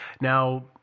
Now